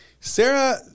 Sarah